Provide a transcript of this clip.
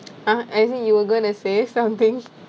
ah as in you were gonna say something